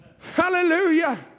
Hallelujah